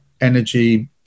energy